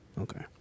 Okay